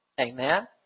Amen